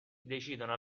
decidono